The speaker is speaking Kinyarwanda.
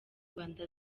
rwanda